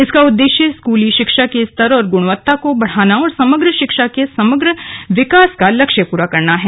इसका उद्देश्य स्कूली शिक्षा के स्तर और गुणवत्ता को बढ़ाना और समग्र शिक्षा से समग्र विकास का लक्ष्य पूरा करना है